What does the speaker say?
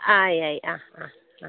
ആയി ആയി ആ ആ ആ